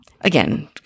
Again